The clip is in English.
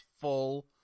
full